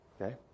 Okay